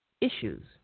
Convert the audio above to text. issues